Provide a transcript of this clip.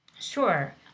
Sure